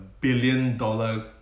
billion-dollar